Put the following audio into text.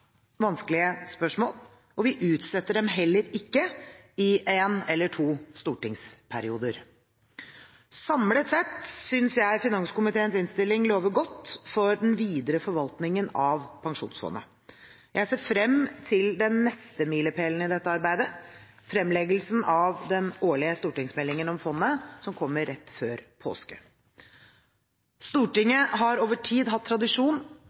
vanskelige spørsmål, og vi utsetter dem heller ikke i én eller to stortingsperioder. Samlet sette synes jeg finanskomiteens innstilling lover godt for den videre forvaltningen av Pensjonsfondet. Jeg ser frem til den neste milepælen i dette arbeidet: fremleggelsen av den årlige stortingsmeldingen om fondet som kommer rett før påske. Stortinget har over tid hatt tradisjon